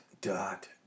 dot